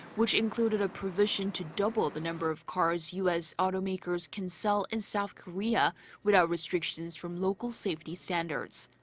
which included a provision to double the number of cars u s. automakers can sell in south korea without restrictions from local safety standards.